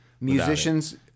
musicians